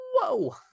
whoa